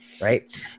right